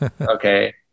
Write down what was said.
Okay